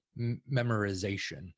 memorization